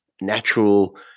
natural